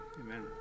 Amen